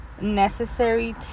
necessary